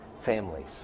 families